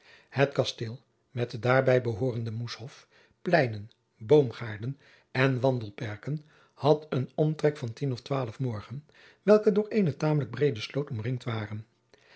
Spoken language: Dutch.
het kasteel met de daarbij behoorende moeshof pleinen boomgaarden en wandelperken had een omtrek van tien of twaalf morgen welke door eene tamelijk breede sloot omringd waren